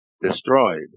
destroyed